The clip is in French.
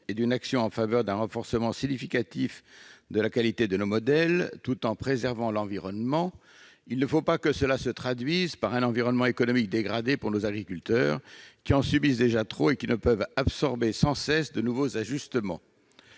et une action en faveur d'un renforcement significatif de la qualité de nos modèles tout en préservant notre environnement. Néanmoins, il ne faut pas que cette évolution se traduise par un environnement économique dégradé pour nos agriculteurs, qui subissent déjà trop de changements et qui ne peuvent assumer sans cesse de nouveaux ajustements.